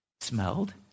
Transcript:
Smelled